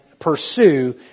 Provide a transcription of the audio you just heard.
Pursue